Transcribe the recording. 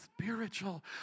spiritual